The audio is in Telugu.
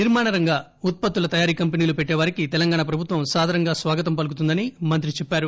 నిర్మాణ రంగ ఉత్పత్తుల తయారీ కంపెనీలు పెట్టేవారికి తెలంగాణ ప్రభుత్వం సాదరంగా స్వాగతం పలుకుతుందని మంత్రి చెప్సారు